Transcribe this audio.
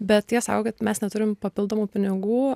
bet jie sako kad mes neturim papildomų pinigų